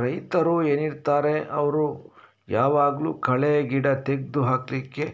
ರೈತರು ಏನಿರ್ತಾರೆ ಅವ್ರು ಯಾವಾಗ್ಲೂ ಕಳೆ ಗಿಡ ತೆಗ್ದು ಹಾಕ್ಲಿಕ್ಕೆ